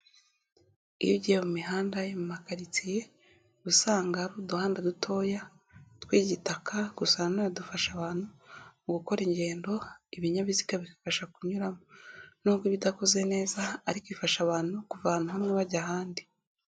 Iyo ugiye mu mihanda yo mu makaritsiye, usanga hari uduhanda dutoya tw'igitaka gusa nanone dufasha abantu mu gukora ingendo ibinyabiziga bigafasha kunyuramo, nubwo iba idakoze neza ariko ifasha abantu kuva ahantu hamwe bajya ahandi.